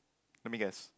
let me guess